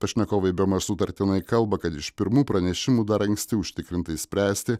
pašnekovai bemaž sutartinai kalba kad iš pirmų pranešimų dar anksti užtikrintai spręsti